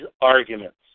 arguments